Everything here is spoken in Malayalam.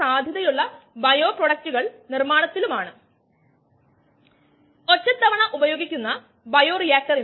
ഫാർമസ്യൂട്ടിക്കൽസിൽ ട്രിപ്സിൻ ഇതൊക്കെ വ്യവസായത്തിലെ എൻസൈമുകളുടെ ഉപയോഗത്തിന്റെ നല്ലൊരു ഉദാഹരണമാണ്